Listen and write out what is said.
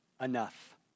enough